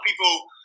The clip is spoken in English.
people